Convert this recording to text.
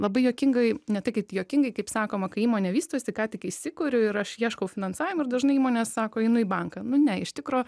labai juokingai ne tai kad juokingai kaip sakoma kai įmonė vystosi ką tik įsikuriu ir aš ieškau finansavimo ir dažnai įmonė sako einu į banką nu ne iš tikro